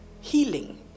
healing